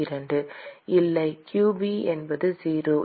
இல்லை qB என்பது 0